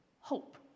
Hope